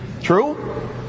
True